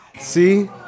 See